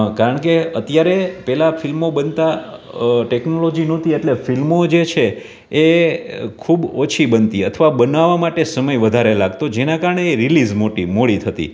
કારણ કે અત્યારે પહેલાં ફિલ્મો બનતાં ટેકનોઓજી નહોતી એટલે ફિલ્મો જે છે એ ખૂબ ઓછી બનતી અથવા બનાવવા માટે સમય વધારે લાગતો જેનાં કારણે એ રીલીઝ મોટી મોડી થતી